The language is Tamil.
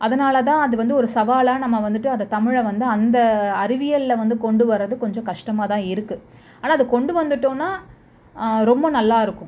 அதனால் தான் அது வந்து ஒரு சவாலாக நம்ம வந்துட்டு அதை தமிழை வந்து அந்த அறிவியலில் வந்து கொண்டு வரது கொஞ்சம் கஷ்டமாக தான் இருக்குது ஆனால் அது கொண்டு வந்துட்டோம்னா ரொம்ப நல்லா இருக்கும்